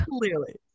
clearly